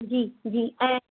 जी जी ऐं